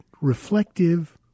reflective